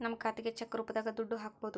ನಮ್ ಖಾತೆಗೆ ಚೆಕ್ ರೂಪದಾಗ ದುಡ್ಡು ಹಕ್ಬೋದು